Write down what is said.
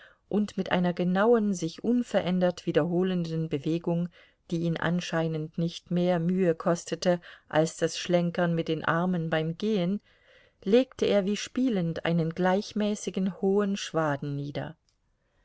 und mit einer genauen sich unverändert wiederholenden bewegung die ihn anscheinend nicht mehr mühe kostete als das schlenkern mit den armen beim gehen legte er wie spielend einen gleichmäßigen hohen schwaden nieder